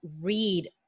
read